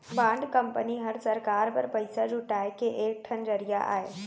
bond company हर सरकार बर पइसा जुटाए के एक ठन जरिया अय